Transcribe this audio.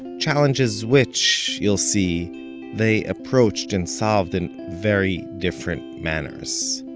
challenges which you'll see they approached and solved in very different manners